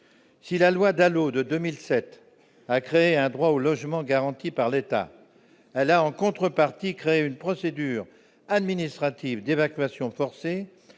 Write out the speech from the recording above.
si la loi Dalo de 2007, a créé un droit au logement garanti par l'État, elle a en contrepartie créer une procédure administrative d'évacuation forcée